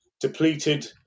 depleted